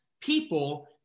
people